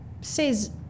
says